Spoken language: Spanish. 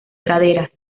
praderas